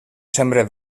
sembre